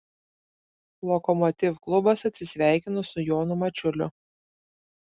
lokomotiv klubas atsisveikino su jonu mačiuliu